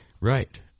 right